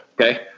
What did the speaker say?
Okay